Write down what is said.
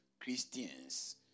Christians